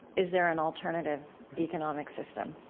is there an alternative economic system?